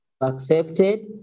accepted